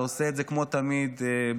אתה עושה את זה, כמו תמיד, בנחישות,